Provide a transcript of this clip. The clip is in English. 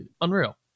unreal